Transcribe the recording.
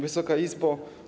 Wysoka Izbo!